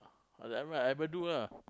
oh that ever I haven't do ah